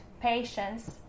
patience